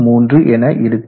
33 என இருக்கும்